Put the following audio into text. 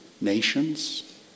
nations